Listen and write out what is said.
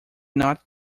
not